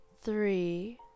three